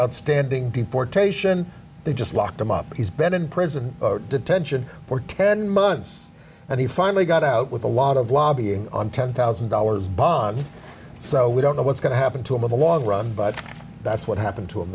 south standing deportation they just locked him up he's been in prison detention for ten months and he finally got out with a lot of lobbying on ten thousand dollars bond so we don't know what's going to happen to him in the long run but that's what happened to him